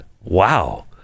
Wow